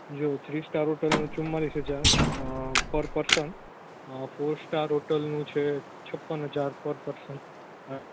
જો three star હોટલનું ચુંમાલીસ હજાર per person four star hotel નું છે છપ્પન હજાર પર પર્સન